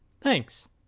Thanks